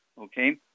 okay